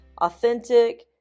authentic